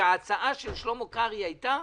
ההצעה של שלמה קרעי הייתה